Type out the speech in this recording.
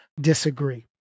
disagree